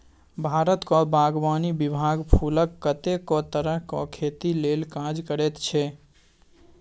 भारतक बागवानी विभाग फुलक कतेको तरहक खेती लेल काज करैत छै